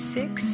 six